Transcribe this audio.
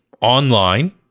online